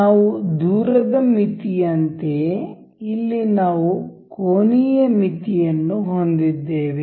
ನಾವು ದೂರದ ಮಿತಿ ಅಂತೆಯೇ ಇಲ್ಲಿ ನಾವು ಕೋನೀಯ ಮಿತಿಯನ್ನು ಹೊಂದಿದ್ದೇವೆ